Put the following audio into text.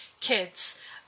kids